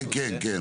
כן, כן.